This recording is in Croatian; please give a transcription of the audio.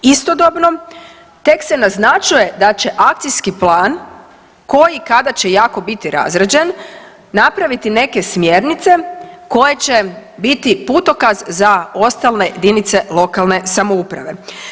Istodobno, tek se naznačuje da će Akcijski plan koji kada će biti jako razrađen napraviti neke smjernice koje će biti putokaz za ostale Jedinice lokalne samouprave.